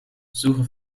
suche